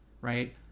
right